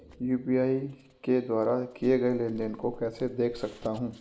मैं यू.पी.आई के द्वारा किए गए लेनदेन को कैसे देख सकता हूं?